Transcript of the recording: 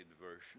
version